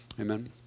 Amen